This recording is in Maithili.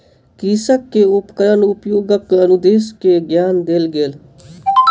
कृषक के उपकरण उपयोगक अनुदेश के ज्ञान देल गेल